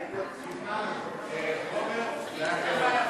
נא להצביע.